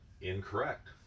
incorrect